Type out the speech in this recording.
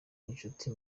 inshuti